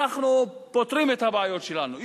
אנחנו פותרים את הבעיות שלנו,